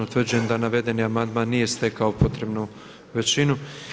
Utvrđujem da navedeni amandman nije stekao potrebnu većinu.